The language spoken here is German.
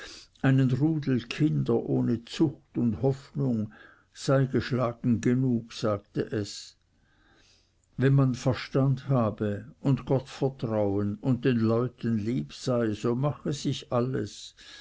einen rudel kinder ohne zucht und hoffnung sei geschlagen genug sagte es wenn man verstand habe und gottvertrauen und den leuten lieb sei so mache sich alles